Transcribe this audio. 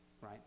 right